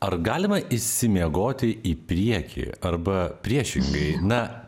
ar galima išsimiegoti į priekį arba priešingai na